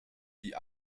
die